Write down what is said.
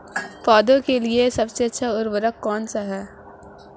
पौधों के लिए सबसे अच्छा उर्वरक कौनसा हैं?